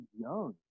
young